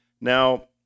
Now